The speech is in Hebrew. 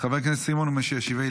חבר הכנסת סימון מושיאשוילי,